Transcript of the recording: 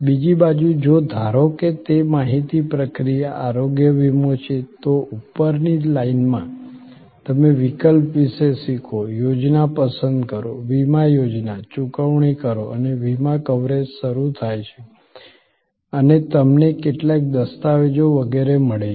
બીજી બાજુ જો ધારો કે તે માહિતી પ્રક્રિયા આરોગ્ય વીમો છે તો ઉપરની લાઇનમાં તમે વિકલ્પ વિશે શીખો યોજના પસંદ કરો વીમા યોજના ચૂકવણી કરો અને વીમા કવરેજ શરૂ થાય છે અને તમને કેટલાક દસ્તાવેજો વગેરે મળે છે